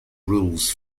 rules